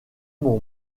mon